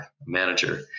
manager